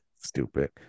Stupid